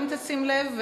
אם תשים לב,